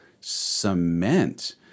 cement